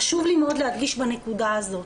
חשוב לי מאוד להדגיש בנקודה הזאת,